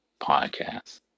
podcast